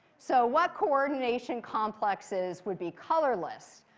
so what coordination complexes would be colorless?